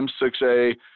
M6A